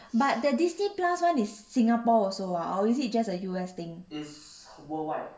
but the disney plus [one] is singapore also ah or is it just a U_S thing